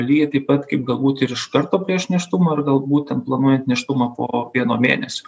lygiai taip pat kaip galbūt ir iš karto prieš nėštumą ir galbūt ten planuojant nėštumą po vieno mėnesio